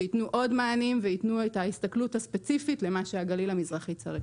שייתנו עוד מענים וייתנו את ההסתכלות הספציפית למה שהגליל המזרחי צריך.